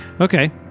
Okay